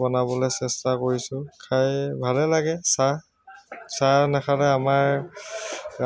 বনাবলৈ চেষ্টা কৰিছোঁ খাই ভালে লাগে চাহ চাহ নাখালে আমাৰ